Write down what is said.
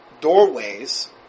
doorways